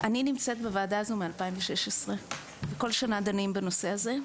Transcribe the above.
בוועדה הזו מ-2016 וכל שנה דנים בנושא הזה.